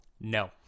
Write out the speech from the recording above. No